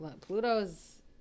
Pluto's